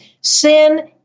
sin